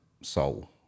soul